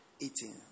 eating